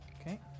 Okay